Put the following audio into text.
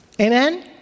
Amen